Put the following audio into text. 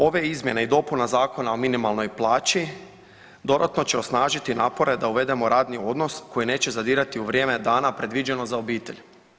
Ove izmjene i dopuna Zakona o minimalnoj plaći dodatno će osnažiti napore da uvedemo radni odnos koji neće zadirati u vrijeme dana predviđeno za obitelj.